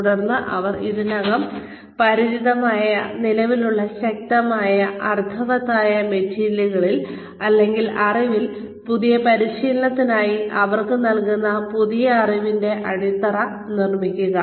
തുടർന്ന് അവർ ഇതിനകം പരിചിതമായ നിലവിലുള്ള ശക്തമായ അർത്ഥവത്തായ മെറ്റീരിയലിൽ അല്ലെങ്കിൽ അറിവിൽ പുതിയ പരിശീലനത്തിനായി അവർക്ക് നൽകുന്ന പുതിയ അറിവിന്റെ അടിത്തറ നിർമ്മിക്കുക